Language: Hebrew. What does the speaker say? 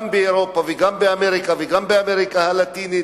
גם באירופה וגם באמריקה וגם באמריקה הלטינית,